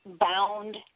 bound